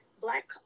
Black